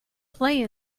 play